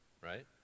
right